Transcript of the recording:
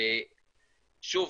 שוב,